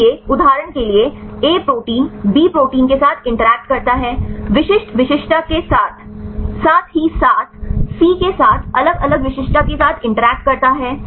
इसलिए उदाहरण के लिए "ए" प्रोटीन बी के साथ इंटरैक्ट करता है विशिष्ट विशिष्टता के साथ साथ ही साथ "सी" के साथ अलग अलग विशिष्टता के साथ इंटरैक्ट करता है